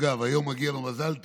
אגב, היום מגיע לו מזל טוב.